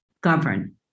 govern